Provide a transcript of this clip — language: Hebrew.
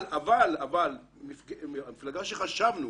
אבל המפלגה שחשבנו